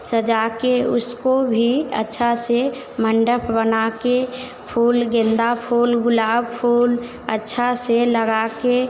सजाकर उसको भी अच्छा से मंडप बनाकर फूल गेंदा फूल गुलाब फूल अच्छा से लगाकर